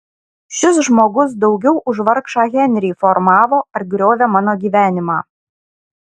šis žmogus daugiau už vargšą henrį formavo ar griovė mano gyvenimą